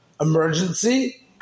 emergency